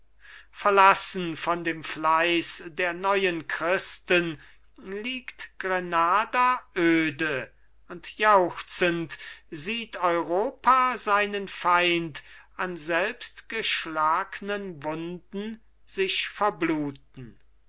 verlassen von dem fleiß der neuen christen liegt grenada öde und jauchzend sieht europa seinen feind an selbstgeschlagnen wunden sich verbluten